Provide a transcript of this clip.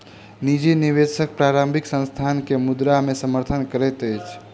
निजी निवेशक प्रारंभिक संस्थान के मुद्रा से समर्थन करैत अछि